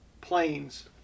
Planes